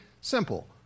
Simple